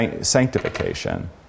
sanctification